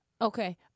Okay